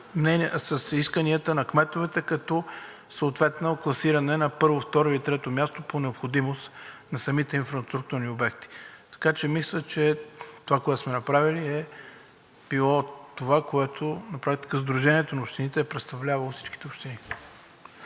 с исканията на кметовете, както съответното класиране на първо, второ или трето място по необходимост на самите инфраструктурни обекти. Така че мисля това, което сме направили, е било това, което на практика Сдружението на общините е представлявало всичките общини.